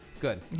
Good